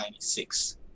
1996